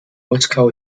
moskau